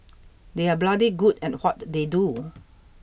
they are bloody good at what they do